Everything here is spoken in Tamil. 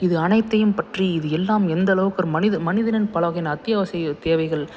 இது அனைத்தையும் பற்றி இது எல்லாம் எந்தளவுக்கு ஒரு மனிதன் மனிதனின் பல வகையான அத்தியாவசிய தேவைகள்